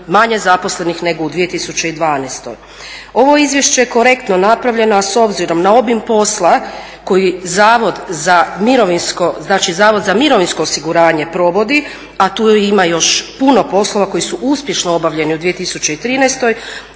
manje zaposlenih nego u 2012. Ovo izvješće je korektno napravljeno, a s obzirom na obim posla koji Zavod za mirovinsko osiguranje provodi, a tu ima još puno poslova koji su uspješno obavljeni u 2013.